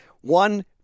one